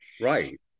Right